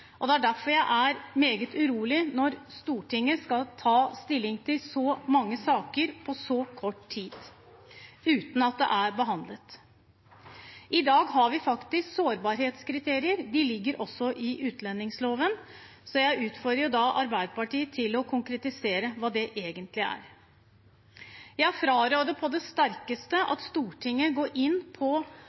Det er derfor jeg er meget urolig når Stortinget skal ta stilling til så mange saker på så kort tid uten at det er behandlet. I dag har vi faktisk sårbarhetskriterier. De ligger også i utlendingsloven. Jeg utfordrer Arbeiderpartiet til å konkretisere hva det egentlig er. Jeg fraråder på det sterkeste at Stortinget går inn